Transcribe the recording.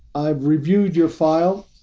i've reviewed your file.